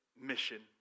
mission